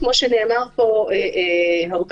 כמו שנאמר פה הרבה,